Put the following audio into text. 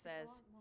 says